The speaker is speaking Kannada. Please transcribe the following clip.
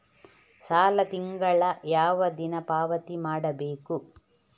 ಸಾಲ ತಿಂಗಳ ಯಾವ ದಿನ ಪಾವತಿ ಮಾಡಬೇಕು?